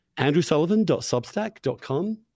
andrewsullivan.substack.com